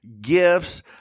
gifts